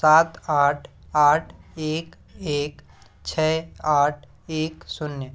सात आठ आठ एक एक छः आठ एक शून्य